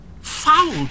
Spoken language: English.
Foul